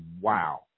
wow